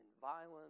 violence